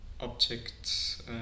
object